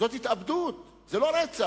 זאת התאבדות, זה לא רצח.